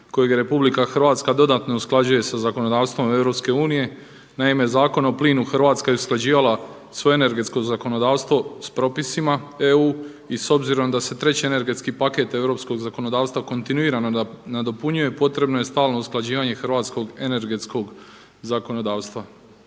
kojeg RH dodatno usklađuje sa zakonodavstvom EU. Naime Zakon o plinu Hrvatska je usklađivala svo energetsko zakonodavstvo sa propisima EU i s obzirom da se treći energetski paket kontinuirano nadopunjuje potrebno je stalno usklađivanje hrvatskog energetskog zakonodavstva.